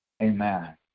Amen